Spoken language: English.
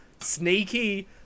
sneaky